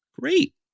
Great